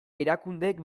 erakundeek